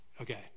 Okay